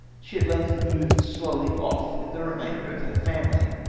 she at length moved slowly off with the re mainder of her family.